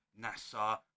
NASA